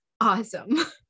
Awesome